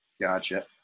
Gotcha